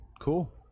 cool